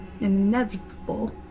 inevitable